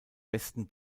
westen